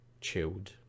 chilled